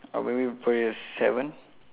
uh probably probabaly a seven